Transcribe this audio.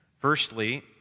Firstly